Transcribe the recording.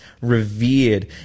revered